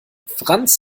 franz